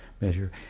Measure